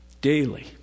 daily